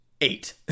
eight